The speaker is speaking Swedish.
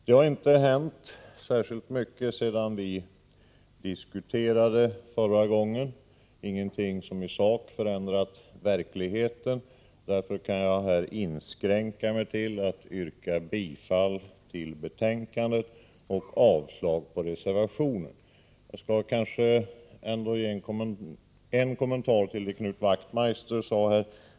Det har sedan vi förde den diskussionen inte hänt särskilt mycket, ingenting som i sak förändrat verkligheten. Jag kan därför inskränka mig till att yrka bifall till utskottets hemställan och avslag på reservationen. Jag skall ändå ge en kommentar till det som Knut Wachtmeister sade här.